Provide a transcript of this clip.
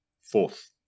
fourth